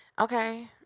okay